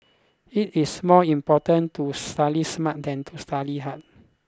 it is more important to study smart than to study hard